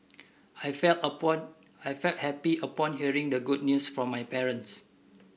I felt upon I felt happy upon hearing the good news from my parents